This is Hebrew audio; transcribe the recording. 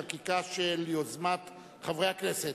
חקיקה ביוזמת חברי הכנסת.